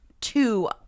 two